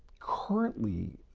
currently,